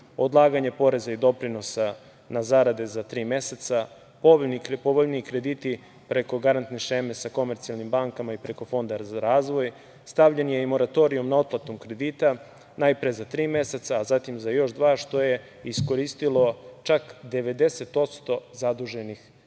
odlaganje poreza i doprinosa na zarade za tri meseca, povoljniji krediti preko garantne šeme sa komercijalnim bankama i preko Fonda za razvoj, stavljen je i moratorijum nad otplatom kredita, najpre za tri meseca, a zatim za još dva, što je iskoristilo čak 90% zaduženih